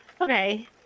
Okay